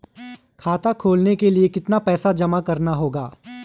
खाता खोलने के लिये कितना पैसा जमा करना होगा?